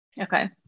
Okay